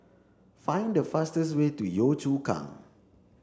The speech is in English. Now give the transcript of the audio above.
find the fastest way to Yio Chu Kang